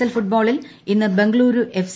L ഫുട്ബോളിൽ ഇന്ന് Bengaluru F